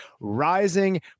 Rising